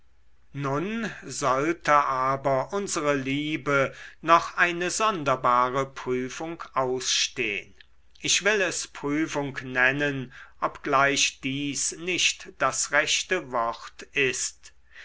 nun sollte aber unsere liebe noch eine sonderbare prüfung ausstehn ich will es prüfung nennen obgleich dies nicht das rechte wort ist